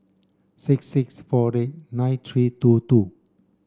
six six four eight nine three two two